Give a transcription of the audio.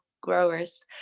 growers